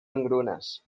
engrunes